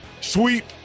sweep